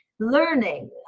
learning